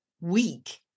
weak